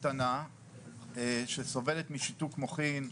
לשיר הקטנה שסובלת משיתוק מוחין,